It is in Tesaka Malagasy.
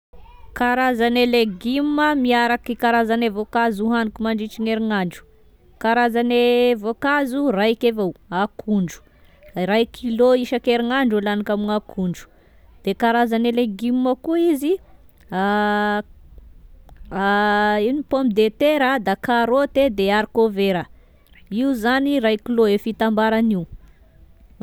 Karazane légume miaraky karazane voankazo hoaniko mandritry ny herignandro: karazane voankazo raiky avao akondro, ray kilo isakerignandro laniko amign'akondro, de karazane legume koa izy a a ino pomme de terra, da karôte, da arikovera, io zany ray kilo e fitambaran'io.